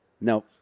No